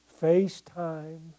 FaceTime